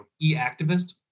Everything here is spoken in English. e-activist